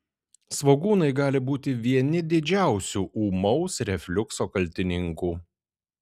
svogūnai gali būti vieni didžiausių ūmaus refliukso kaltininkų